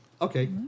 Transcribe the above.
Okay